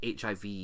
HIV